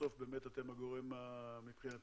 בסוף אתם באמת הגורם, מבחינתנו,